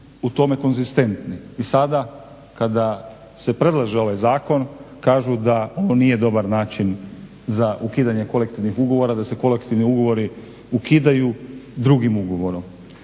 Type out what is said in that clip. u tome konzistentni. I sada kada se predlaže ovaj zakon kaži da on nije dobar način za ukidanje kolektivnih ugovora, da se kolektivni ugovori ukidaju drugim ugovorom.